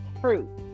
fruit